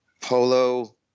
polo